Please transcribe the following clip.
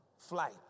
Flight